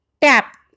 tap